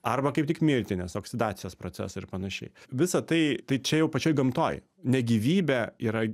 arba kaip tik mirtį nes oksidacijos procesai ir panašiai visa tai tai čia jau pačioj gamtoj ne gyvybė yra